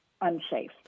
unsafe